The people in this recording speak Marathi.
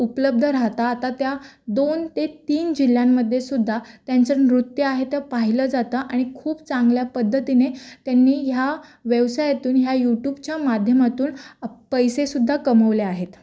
उपलब्ध राहता आता त्या दोन ते तीन जिल्ह्यांमध्ये सुद्धा त्यांचं नृत्य आहे तर पाहिलं जातं आणि खूप चांगल्या पद्धतीने त्यांनी ह्या व्यवसायातून ह्या यूटूबच्या माध्यमातून पैसेसुद्धा कमवले आहेत